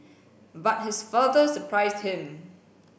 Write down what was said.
but his father surprised him